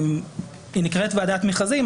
היא נקראת ועדת מכרזים,